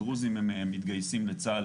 דרוזים מתגייסים לצה"ל